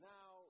Now